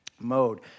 mode